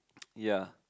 ya